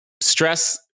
stress